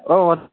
औ